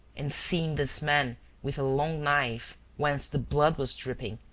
and, seeing this man with a long knife whence the blood was dripping,